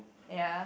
ya